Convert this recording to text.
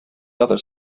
other